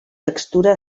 textura